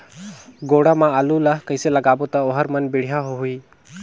गोडा मा आलू ला कइसे लगाबो ता ओहार मान बेडिया होही?